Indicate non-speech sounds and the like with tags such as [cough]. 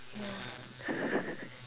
ya [laughs]